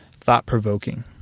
thought-provoking